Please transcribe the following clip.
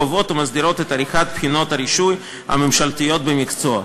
קובעות ומסדירות את עריכת בחינות הרישוי הממשלתיות במקצוע.